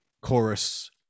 chorus